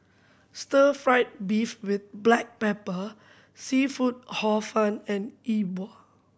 Stir Fry beef with black pepper seafood Hor Fun and E Bua